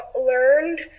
learned